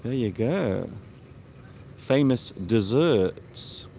ah you go famous desserts